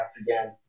again